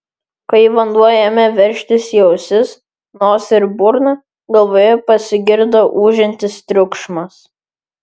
kai vanduo ėmė veržtis į ausis nosį ir burną galvoje pasigirdo ūžiantis triukšmas